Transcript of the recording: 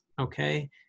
okay